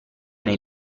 nel